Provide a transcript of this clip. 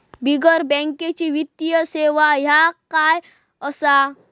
बिगर बँकेची वित्तीय सेवा ह्या काय असा?